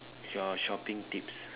your shopping tips